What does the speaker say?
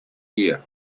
year